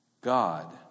God